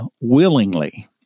willingly